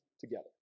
together